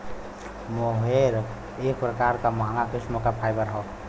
मोहेर एक प्रकार क महंगा किस्म क फाइबर हौ